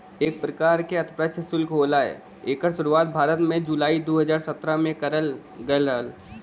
एक परकार के अप्रत्यछ सुल्क होला एकर सुरुवात भारत में जुलाई दू हज़ार सत्रह में करल गयल रहल